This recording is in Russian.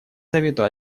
совету